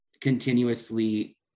continuously